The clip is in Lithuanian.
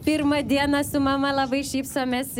pirmą dieną su mama labai šypsomės